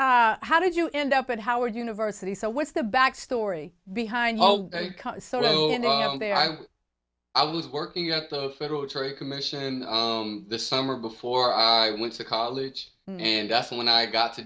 how did you end up at howard university so what's the back story behind all day i i was working at the federal trade commission this summer before i went to college and that's when i got to